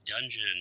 Dungeon